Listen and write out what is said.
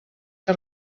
que